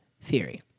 theory